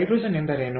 hydrogen ಎಂದರೇನು